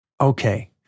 Okay